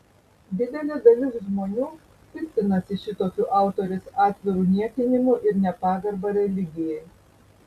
didelė dalis žmonių piktinasi šitokiu autorės atviru niekinimu ir nepagarba religijai